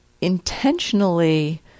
intentionally